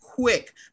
Quick